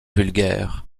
vulgaire